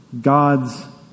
God's